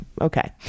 Okay